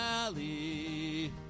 valley